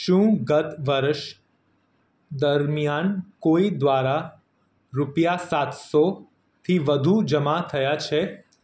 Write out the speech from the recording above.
શું ગત વર્ષ દરમિયાન કોઈ દ્વારા રૂપિયા સાતસોથી વધુ જમા થયા છે